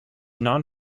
non